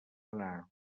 anar